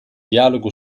dialogo